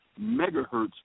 megahertz